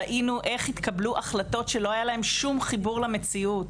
ראינו איך התקבלו החלטות שלא היה להם שום חיבור למציאות.